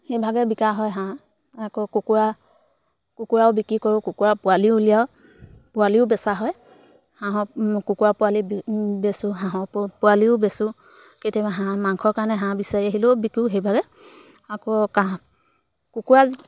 সেইভাগে বিকা হয় হাঁহ আকৌ কুকুৰা কুকুৰাও বিক্ৰী কৰোঁ কুকুৰাৰ পোৱালি উলিয়াও পোৱালিও বেচা হয় হাঁহৰ কুকুৰা পোৱালি বেচোঁ হাঁহৰ পে পোৱালিও বেচোঁ কেতিয়াবা হাঁহ মাংসৰ কাৰণে হাঁহ বিচাৰি আহিলেও বিকোঁ সেইভাগে আকৌ কাঁহ কুকুৰা